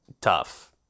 tough